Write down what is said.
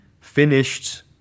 finished